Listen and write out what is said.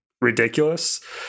ridiculous